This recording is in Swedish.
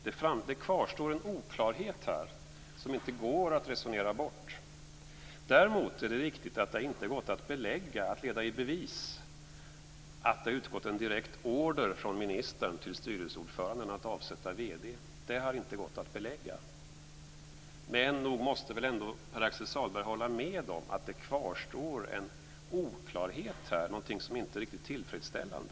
Det kvarstår en oklarhet här som inte går att resonera bort. Däremot är det riktigt att det inte har gått att belägga, att leda i bevis, att det har utgått en direkt order från ministern till styrelseordföranden att avsätta vd. Det har inte gått att belägga. Nog måste väl ändå Pär Axel Sahlberg hålla med om att det kvarstår en oklarhet - något som inte är riktigt tillfredsställande.